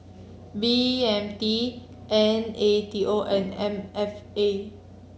B M T N A T O and M F A